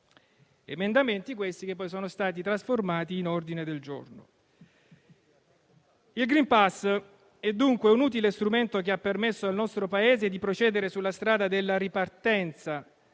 emendamenti questi che poi sono stati trasformati in ordini del giorno. Il *green pass* è dunque un utile strumento, che ha permesso al nostro Paese di procedere sulla strada della ripartenza,